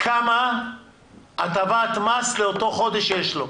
כמה הטבת מס לאותו חודש יש לו.